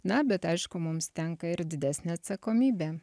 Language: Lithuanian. na bet aišku mums tenka ir didesnė atsakomybė